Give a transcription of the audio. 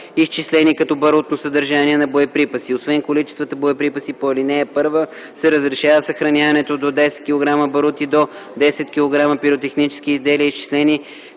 изчислени като барутно съдържание на боеприпаси. Освен количествата боеприпаси по ал. 1 се разрешава съхраняването до 10 кг барут и до 10 кг пиротехнически изделия, изчислени